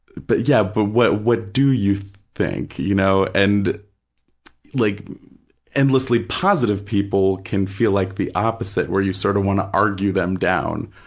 but yeah, but what what do you think, you know. and like endlessly positive people can feel like the opposite, where you sort of want to argue them down,